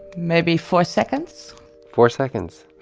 maybe four seconds four seconds